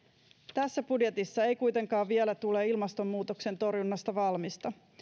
tässä budjetissa ei kuitenkaan vielä tule ilmastonmuutoksen torjunnasta valmista